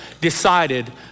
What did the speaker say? decided